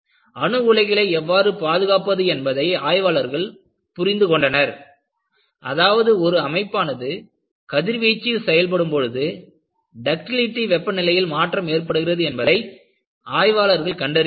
அணு உலைகளை எவ்வாறு பாதுகாப்பது என்பதை ஆய்வாளர்கள் புரிந்து கொண்டனர் அதாவது ஒரு அமைப்பானது கதிர்வீச்சில் செயல்படும் பொழுது டக்டிலிடி வெப்பநிலையில் மாற்றம் ஏற்படுகிறது என்பதை ஆய்வாளர்கள் கண்டறிந்தனர்